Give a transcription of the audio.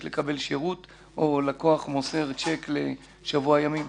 לקבל שירות או לקוח מוסר צ'ק לשבוע ימים.